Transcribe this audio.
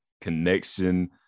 connection